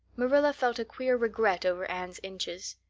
marilla felt a queer regret over anne's inches.